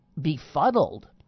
befuddled